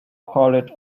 college